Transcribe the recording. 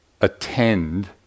attend